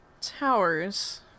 Towers